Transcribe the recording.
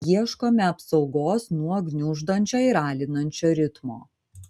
ieškome apsaugos nuo gniuždančio ir alinančio ritmo